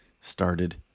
started